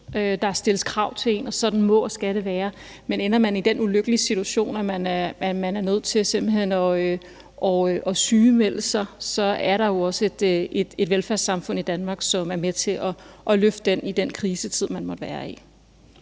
Der stilles krav til en, og sådan må og skal det være. Men ender man i den ulykkelige situation, at man er nødt til simpelt hen at sygemelde sig, er der jo også et velfærdssamfund i Danmark, som er med til at løfte en i den krisetid, man måtte være i.